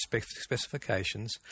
specifications